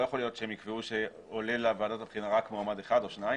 לא יכול להיות שהם יקבעו שעולה לוועדת הבחינה רק מועמד אחד או שניים,